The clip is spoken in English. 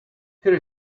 here